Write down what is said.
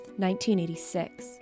1986